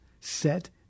Set